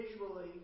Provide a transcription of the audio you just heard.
visually